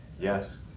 Yes